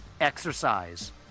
exercise